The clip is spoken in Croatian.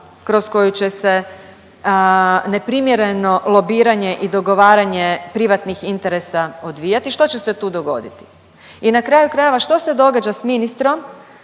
kroz koju će se neprimjereno lobiranje i dogovaranje privatnih interesa odvijati. Što će se tu dogoditi? I na kraju krajeva što se događa s ministrom